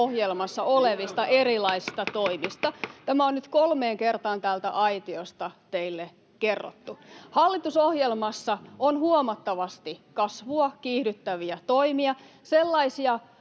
Kymäläisen välihuuto — Puhemies koputtaa] Tämä on nyt kolmeen kertaan täältä aitiosta teille kerrottu. Hallitusohjelmassa on huomattavasti kasvua kiihdyttäviä toimia, sellaisia